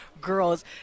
Girls